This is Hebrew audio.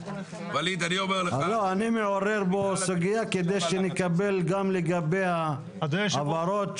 אני מעורר פה סוגיה כדי שנקבל גם לגביה הבהרות,